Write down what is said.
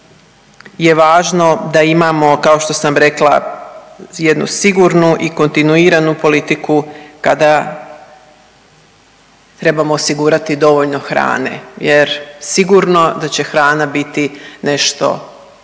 je važno da imamo kao što sam rekla jednu sigurnu i kontinuiranu politiku kada trebamo osigurati dovoljno hrane. Jer sigurno da će hrana biti nešto